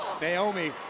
Naomi